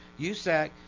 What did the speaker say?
USAC